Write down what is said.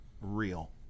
real